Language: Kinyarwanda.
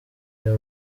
uyu